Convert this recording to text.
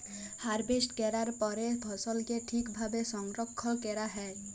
harvest ক্যরার পরে ফসলকে ঠিক ভাবে সংরক্ষল ক্যরা হ্যয়